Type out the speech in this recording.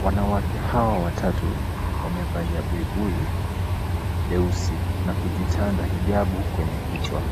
Wanawake hawa watatu wamevalia buibui leusi na kujitanda hijabu kwenye kichwa